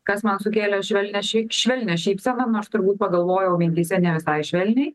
kas man sukėlė švelnią šyp švelnią šypseną nors turbūt pagalvojau mintyse ne visai švelniai